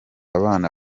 abana